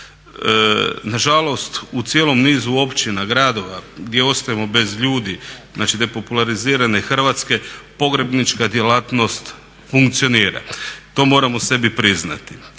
Nažalost, u cijelom nizu općina, gradova gdje ostajemo bez ljudi, znači depopularizirane Hrvatske, pogrebnička djelatnost funkcionira. To moramo sebi priznati.